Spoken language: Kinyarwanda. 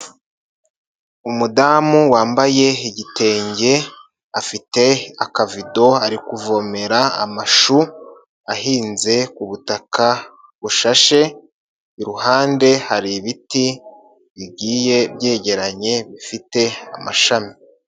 Umudamu wambaye igitenge, afite akavido ari kuvomera amashu, ahinze ku butaka bushashe, iruhande hari ibiti bigiye byegeranye, bifite amashami.